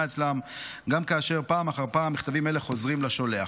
אצלם גם כאשר פעם אחר פעם המכתבים האלה חוזרים לשולח.